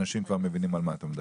אנשים כבר מבינים על מה אתה מדבר.